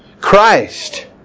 Christ